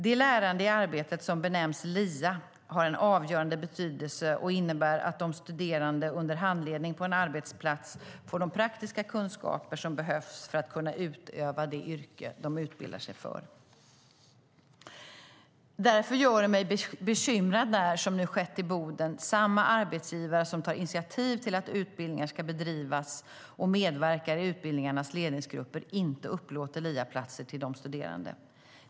Det lärande i arbetet som benämns LIA har en avgörande betydelse och innebär att de studerande under handledning på en arbetsplats får de praktiska kunskaper som behövs för att kunna utöva det yrke de utbildar sig för. Därför gör det mig bekymrad när, som nu skett i Boden, samma arbetsgivare som tar initiativ till att utbildningar ska bedrivas och medverkar i utbildningarnas ledningsgrupper inte upplåter LIA-platser till de studerande.